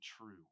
true